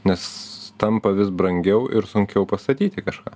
nes tampa vis brangiau ir sunkiau pastatyti kažką